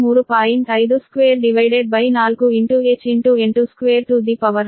52 divided by 4 into h into 8 square to the power half